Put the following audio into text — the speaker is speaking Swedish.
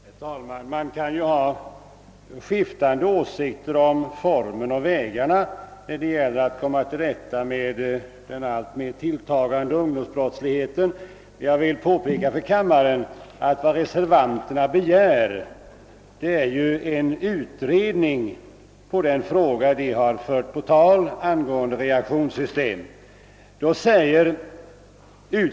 Herr talman! Man kan ju ha skiftande åsikter om formen och vägarna när det gäller att komma till rätta med den alltmer tilltagande ungdomsbrottsligheten. Jag vill påpeka för kammarens ledamöter att vad reservanterna begär är en utredning beträffande den typ av reaktionssystem som motionärerna tagit upp.